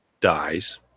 dies